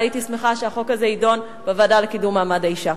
אבל אשמח אם החוק הזה יידון בוועדה לקידום מעמד האשה.